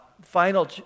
final